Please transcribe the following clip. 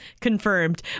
confirmed